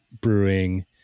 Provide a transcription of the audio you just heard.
Brewing